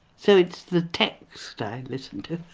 so it's the text i listen to.